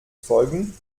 folgen